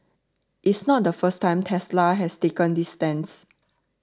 it's not the first time Tesla has taken this stance